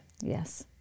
Yes